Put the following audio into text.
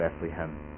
Bethlehem